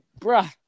bruh